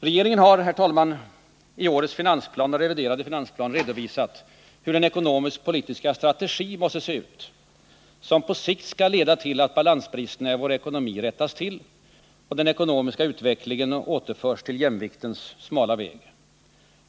Regeringen har i årets finansplan och reviderade finansplan redovisat hur den ekonomisk-politiska strategi måste se ut som på sikt skall leda till att balansbristerna i vår ekonomi rättas till och den ekonomiska utvecklingen återförs till jämviktens smala väg.